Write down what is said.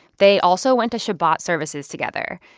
they also went to shabbat services together.